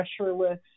pressureless